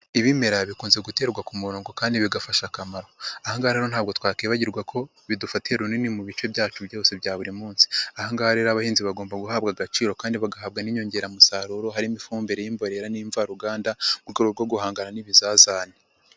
Ibimera bikunze guterwa ku murongo kandi bigafasha akamaro aha ngaha rero ntabwo twakwibagirwa ko bidufatira runini mu bice byacu byose bya buri munsi, aha ngaha rero abahinzi bagomba guhabwa agaciro kandi bagahabwa n'inyongeramusaruro harimo ifumbire y'imbonera n'imvaruganda mu rwego rwo guhangana n'ibizazane.